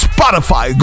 Spotify